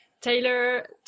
taylor